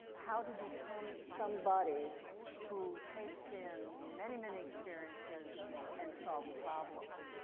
how to become somebody who takes in many, many, experiences and solves problems.